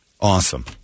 awesome